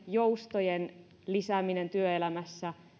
joustojen lisääminen työelämässä